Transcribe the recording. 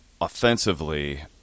offensively